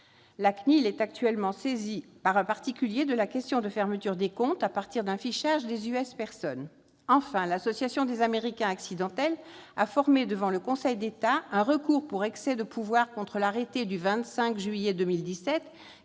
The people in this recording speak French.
la CNIL, a été saisie par un particulier de la question de la fermeture des comptes à partir d'un fichage des. Enfin, l'Association des « Américains accidentels » a formé devant le Conseil d'État un recours pour excès de pouvoir contre l'arrêté du 25 juillet 2017,